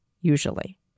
usually